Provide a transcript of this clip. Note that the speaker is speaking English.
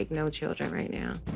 like no children right now.